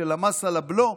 של המס על הבלו,